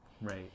right